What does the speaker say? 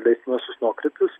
leistinuosius nuokrypius